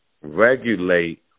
regulate